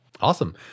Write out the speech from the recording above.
Awesome